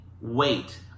wait